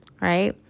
right